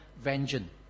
vengeance